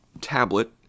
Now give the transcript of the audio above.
tablet